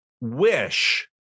wish